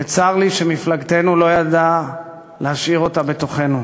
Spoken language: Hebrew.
וצר לי שמפלגתנו לא ידעה להשאיר אותה בתוכנו.